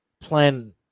plan